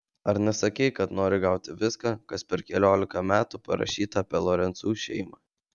ar nesakei kad nori gauti viską kas per keliolika metų parašyta apie lorencų šeimą